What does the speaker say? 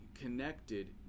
connected